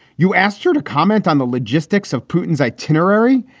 you asked her to comment on the logistics of putin's itinerary.